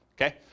okay